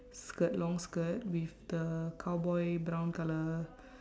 skirt long skirt with the cowboy brown colour